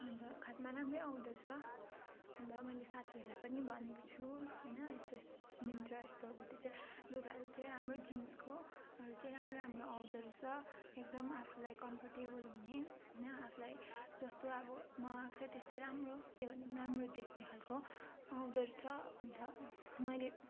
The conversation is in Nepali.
अन्त खासमा राम्रै आउँदो रहेछ अन्त मैले साथीहरूलाई पनि भनेको छु होइन यस्तो यस् मिन्त्रा यस्तोबट चाहिँ लुगाहरू चाहिँ राम्रो जिन्सकोहरू चाहिँ राम्रो राम्रो आउँदो रहेछ एकदम आफूलाई कम्फर्टेबल हुने होइन आफूलाई जस्तो अब मगाएको छ त्यस्तै राम्रो त्यो भन्दा राम्रो देख्ने खाले आउँदो रहेछ अन्त मैले